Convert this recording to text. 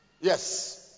yes